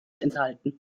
enthalten